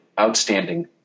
outstanding